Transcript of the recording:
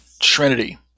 Trinity